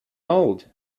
old